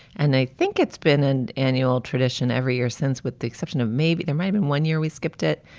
and i think it's been an annual tradition every year since, with the exception of maybe there might've been one year we skipped it.